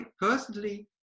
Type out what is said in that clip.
Personally